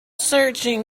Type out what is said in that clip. searching